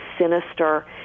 sinister